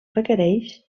requereix